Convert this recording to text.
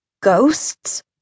Ghosts